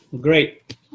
Great